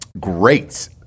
great